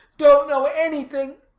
don't know anything.